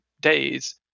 days